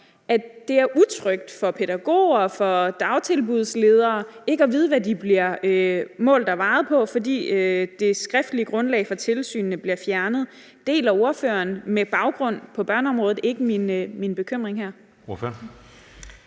op om er utrygt for pædagoger og for dagtilbudsledere ikke at vide, hvad de bliver målt og vejet på, fordi det skriftlige grundlag fra tilsynene bliver fjernet. Deler ordføreren med baggrund på børneområdet ikke min bekymring her? Kl.